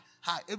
Hi